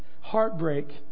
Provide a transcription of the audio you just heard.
heartbreak